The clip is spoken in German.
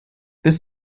bis